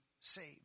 saved